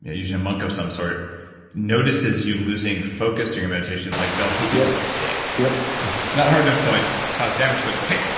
usually a monk of some sort notices you losing focus or your meditation, like they'll hit you with a stick yep not hard enough to like cause damage, but it's like, hey,